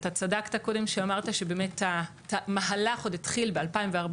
צדקת כשאמרת שהמהלך התחיל ב-2014.